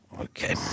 Okay